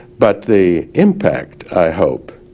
but the impact i hope